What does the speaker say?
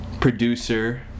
producer